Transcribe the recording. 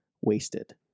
wasted